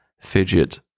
fidget